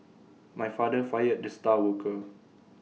my father fired the star worker